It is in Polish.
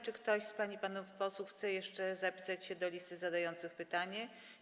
Czy ktoś z pań i panów posłów chce jeszcze dopisać się do listy zadających pytania?